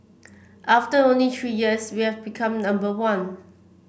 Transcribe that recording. after only three years we have become number one